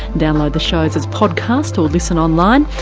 download the shows as podcast or listen online,